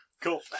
Cool